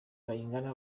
bayingana